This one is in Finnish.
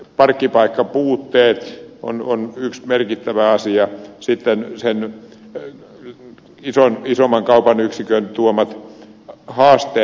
parkkipaikkapuutteet on yksi merkittävä asia sitten sen isomman kaupan yksikön tuomat haasteet